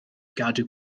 gadw